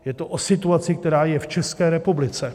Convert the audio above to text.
Je to o situaci, která je v České republice.